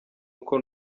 uko